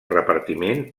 repartiment